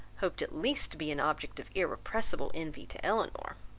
hoped at least to be an object of irrepressible envy to elinor.